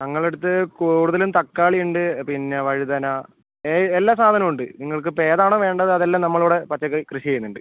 ഞങ്ങളടുത്ത് കൂടുതലും തക്കാളി ഉണ്ട് പിന്നെ വഴുതന എല്ലാ സാധനവും ഉണ്ട് നിങ്ങൾക്ക് ഇപ്പം ഏതാണോ വേണ്ടത് അതെല്ലാം നമ്മൾ ഇവിടെ പച്ചക്കറി കൃഷി ചെയ്യുന്നുണ്ട്